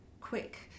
quick